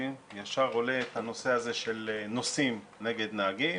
ישר עולה הנושא הזה של נוסעים נגד נהגים